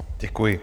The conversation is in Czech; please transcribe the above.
Děkuji.